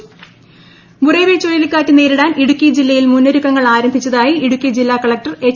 Idukki collector Burevi ചുഴലിക്കാറ്റ് നേരിടാൻ ഇടുക്കി ജില്ലയിൽ മുന്നൊരുക്കങ്ങൾ ആരംഭിച്ചതായി ഇടുക്കി ജില്ലാ കളക്ടർ എച്ച്